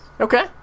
Okay